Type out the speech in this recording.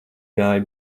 gāja